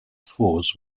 fours